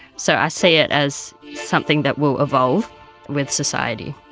so i see it as something that will evolve with society.